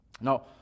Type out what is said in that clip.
Now